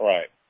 Right